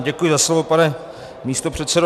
Děkuji za slovo, pane místopředsedo.